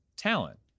talent